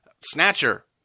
snatcher